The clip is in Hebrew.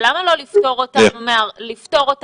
למה לא לפתור אותם מארנונה?